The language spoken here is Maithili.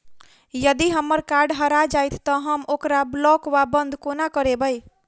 यदि हम्मर कार्ड हरा जाइत तऽ हम ओकरा ब्लॉक वा बंद कोना करेबै?